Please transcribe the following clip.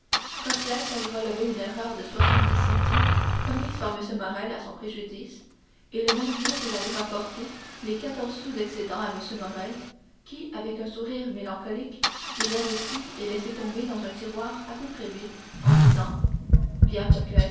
coclès avait relevé une erreur de soixante-dix centimes commise par m morrel à son préjudice et le même jour il avait rapporté les quatorze sous d'excédent à m morrel qui avec un sourire mélancolique les avait pris et laissés tomber dans un tiroir à peu près vide en disant